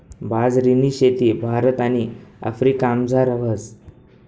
बाजरीनी शेती भारत आणि आफ्रिकामझार व्हस